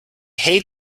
hate